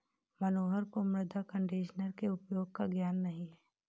मनोहर को मृदा कंडीशनर के उपयोग का ज्ञान नहीं है